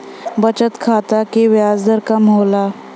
बचत खाता क ब्याज दर कम होला